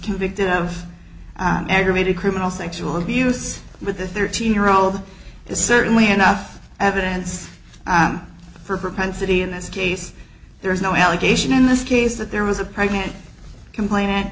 convicted of aggravated criminal sexual abuse with a thirteen year old is certainly enough evidence for a propensity in this case there is no allegation in this case that there was a pregnant complain